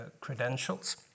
credentials